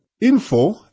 info